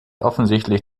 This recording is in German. offensichtlich